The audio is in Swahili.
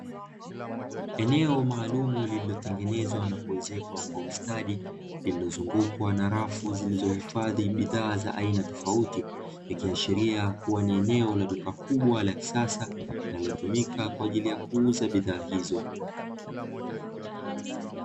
Eneo maalumu lililotengenezwa na kuezekwa kwa ustadi lililozungukwa na rafu zilizohifadhi bidhaa za aina tofauti, ikiashiria kuwa ni eneo la duka kubwa la kisasa linalotumika kwa ajili ya kuuza bidhaa hizo.